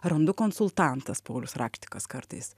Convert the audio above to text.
randu konsultantas paulius rakštikas kartais